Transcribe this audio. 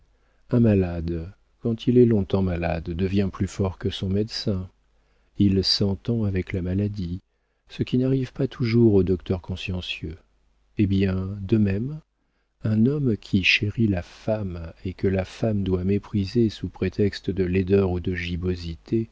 un malade quand il est longtemps malade devient plus fort que son médecin il s'entend avec la maladie ce qui n'arrive pas toujours aux docteurs consciencieux eh bien de même un homme qui chérit la femme et que la femme doit mépriser sous prétexte de laideur ou de